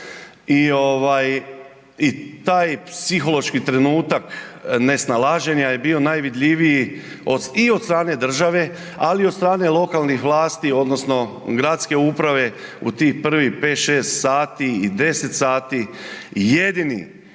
i taj psihološki trenutak nesnalaženja je bio najvidljiviji od, i od strane države, ali i od strane lokalnih vlasti odnosno gradske uprave u tih prvih 5-6 sati i 10 sati. I jedini